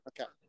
Okay